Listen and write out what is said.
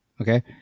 Okay